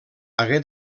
hagué